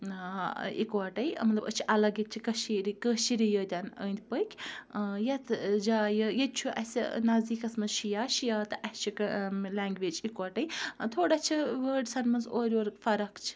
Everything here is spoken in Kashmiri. اِکوَٹَے مطلب أسۍ چھِ الگ ییٚتہِ کَشیٖرِ کٲشِرٕے یٲتٮ۪ن أنٛدۍ پٔکۍ یَتھ جایہِ ییٚتہِ چھُ اَسہِ نزدیٖکَس منٛز شِیَہہ شِیَہہ تہٕ اَسہِ چھِ لینٛگویج اِکوَٹَے تھوڑا چھِ وٲڈسَن منٛز اورٕ یورٕ فرق چھِ